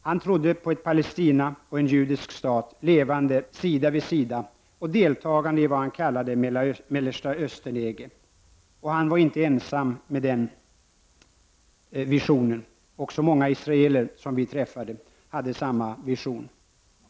Han trodde på ett Palestina och en judisk stat levande sida vid sida och på ett deltagande i vad han kallade ett Mellersta Östern EG. Han var inte ensam om att ha den visionen. Också många israeler som vi träffade hade samma vision.